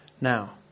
Now